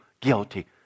guilty